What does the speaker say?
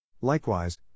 Likewise